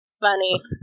funny